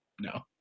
No